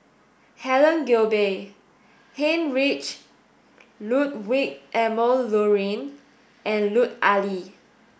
Helen Gilbey Heinrich Ludwig Emil Luering and Lut Ali